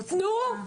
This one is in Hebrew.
נכון.